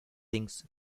thinks